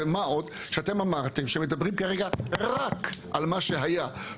ומה עוד שאתם אמרתם שמדברים כרגע רק על מה שהיה.